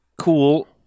cool